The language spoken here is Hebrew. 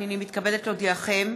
הינני מתכבדת להודיעכם,